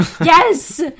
yes